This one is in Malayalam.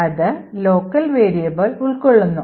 അത് ലോക്കൽ വേരിയബിളുകൾ ഉൾക്കൊള്ളുന്നു